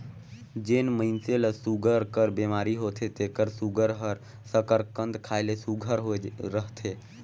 जेन मइनसे ल सूगर कर बेमारी होथे तेकर सूगर हर सकरकंद खाए ले सुग्घर रहथे